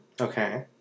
Okay